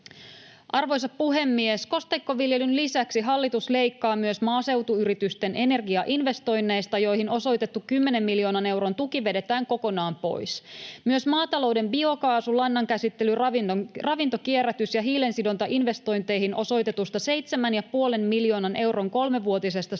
Arvoisa puhemies! Kosteikkoviljelyn lisäksi hallitus leikkaa myös maaseutuyritysten energiainvestoinneista, joihin osoitettu 10 miljoonan euron tuki vedetään kokonaan pois. Myös maatalouden biokaasu-, lannankäsittely-, ravintokierrätys- ja hiilensidonta-investointeihin osoitetusta 7,5 miljoonan euron kolmevuotisesta